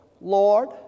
Lord